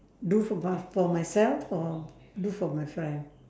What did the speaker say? do for both for myself or do for my friend